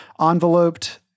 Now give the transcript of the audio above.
enveloped